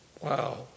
Wow